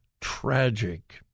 tragic